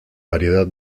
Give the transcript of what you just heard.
variedad